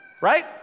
right